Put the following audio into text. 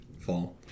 fall